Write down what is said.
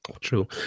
True